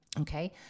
Okay